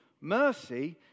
mercy